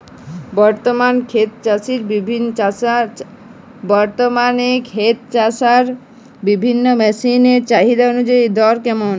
বর্তমানে ক্ষেত চষার বিভিন্ন মেশিন এর চাহিদা অনুযায়ী দর কেমন?